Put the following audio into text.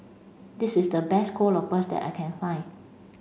this is the best Kuih Lopes that I can find